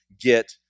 get